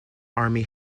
army